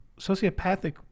sociopathic